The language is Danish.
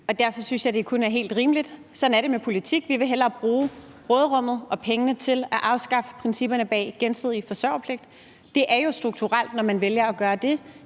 og derfor synes jeg, det kun er helt rimeligt – sådan er det med politik – at vi hellere vil bruge råderummet og pengene til at afskaffe principperne bag gensidig forsørgerpligt. Det er jo strukturelt, når man vælger at gøre det.